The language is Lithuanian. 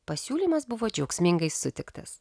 pasiūlymas buvo džiaugsmingai sutiktas